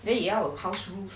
then 你要 house rules